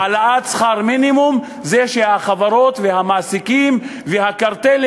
בהעלאת שכר המינימום החברות והמעסיקים והקרטלים